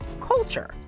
culture